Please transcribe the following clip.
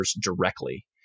directly